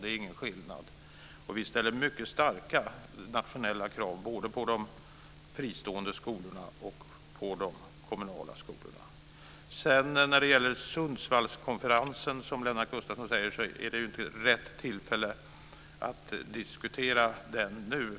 Det är ingen skillnad. Vi ställer mycket starka nationella krav både på de fristående skolorna och på de kommunala skolorna. Lennart Gustavsson talar om Sundsvallskonferensen. Det är inte rätt tillfälle att diskutera den nu.